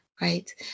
right